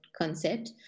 concept